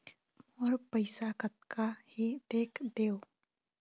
मोर पैसा कतका हे देख देव?